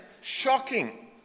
shocking